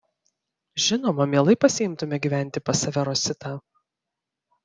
žinoma mielai pasiimtume gyventi pas save rositą